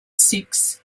six